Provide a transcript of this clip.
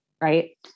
right